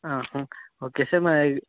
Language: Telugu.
ఓకే సార్ మా